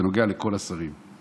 זה נוגע לכל השרים.